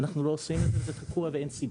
אנחנו לא עושים את זה וזה תקוע ואין סיבה,